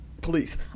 police